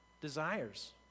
desires